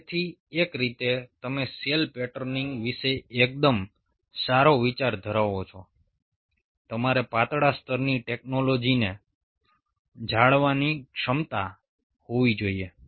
તેથી એક રીતે તમે સેલ પેટર્નિંગ વિશે એકદમ સારો વિચાર ધરાવો છો તમારે પાતળા સ્તરની ટેકનોલોજીને જાણવાની ક્ષમતા હોવી જોઈએ